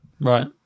Right